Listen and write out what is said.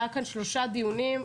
היו כאן שלושה דיונים.